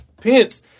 Pence